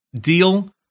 deal